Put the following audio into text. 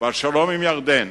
והשלום עם ירדן